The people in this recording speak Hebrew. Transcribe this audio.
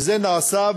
וזה נעשה,